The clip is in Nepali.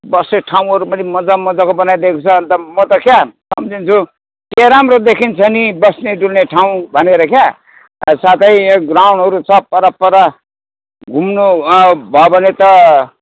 बस्ने ठाउँहरू पनि मजा मजाको बनाइदिएको छ अन्त म त क्या सम्झिन्छु क्या राम्रो देखिन्छ नि बस्ने डुल्ने ठाउँ भनेर क्या साथै यहाँ ग्राउन्डहरू छ परपर घुम्नु भयो भने त